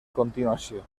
continuació